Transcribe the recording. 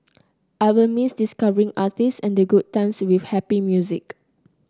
I will miss discovering artists and the good times with happy music